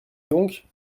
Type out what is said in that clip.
donc